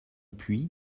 puits